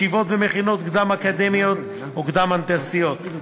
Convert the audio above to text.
ישיבות ומכינות קדם-אקדמיות או קדם-הנדסיות.